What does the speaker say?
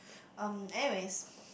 um anyways